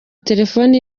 telefoni